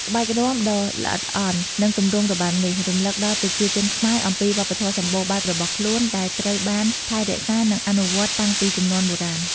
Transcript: ក្បាច់រាំដ៏ល្អិតល្អន់ និងទម្រង់របាំនេះ រំលឹកដល់ប្រជាជនខ្មែរអំពីវប្បធម៌សម្បូរបែបរបស់ខ្លួន ដែលត្រូវបានថែរក្សា និងអនុវត្តតាំងពីជំនាន់បុរាណ។